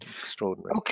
extraordinary